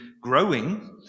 growing